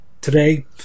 today